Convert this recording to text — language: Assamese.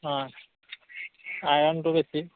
অঁ আইৰণটো বেছি